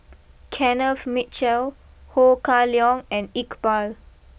Kenneth Mitchell Ho Kah Leong and Iqbal